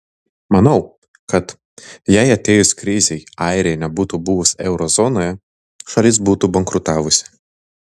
manau kad jei atėjus krizei airija nebūtų buvus euro zonoje šalis būtų bankrutavusi